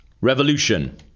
Revolution